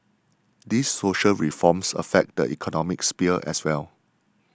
these social reforms affect the economic sphere as well